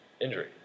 injury